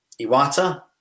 Iwata